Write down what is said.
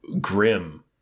grim